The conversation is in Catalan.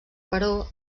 però